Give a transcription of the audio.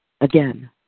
Again